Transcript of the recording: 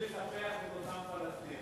אם תספח את אותם פלסטינים,